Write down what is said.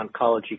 oncology